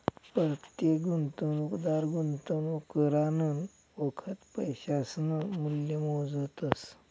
परतेक गुंतवणूकदार गुंतवणूक करानं वखत पैसासनं मूल्य मोजतस